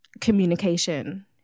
communication